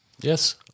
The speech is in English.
Yes